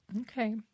Okay